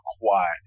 quiet